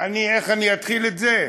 איך אני אתחיל את זה?